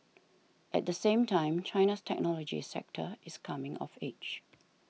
at the same time China's technology sector is coming of age